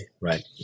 right